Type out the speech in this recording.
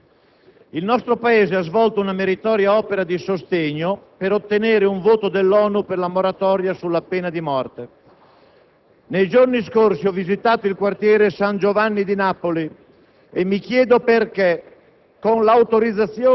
brevemente, cogliendo l'occasione della presenza del Ministro dell'interno. Il nostro Paese ha svolto una meritoria opera di sostegno per ottenere un voto dell'ONU per la moratoria sulla pena di morte.